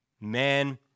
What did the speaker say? Man